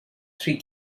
three